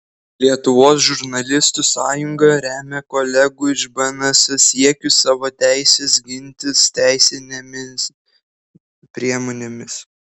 lietuvos žurnalistų sąjunga remia kolegų iš bns siekius savo teises ginti teisinėmis priemonėmis